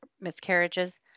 miscarriages